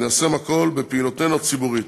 וניישם הכול בפעילותנו הציבורית.